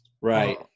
Right